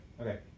Okay